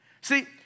See